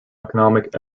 economic